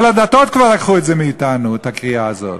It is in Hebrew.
כל הדתות לקחו את הקריאה הזאת